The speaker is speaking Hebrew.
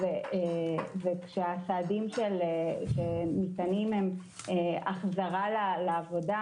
כשהסעדים שניתנים הם החזרה לעבודה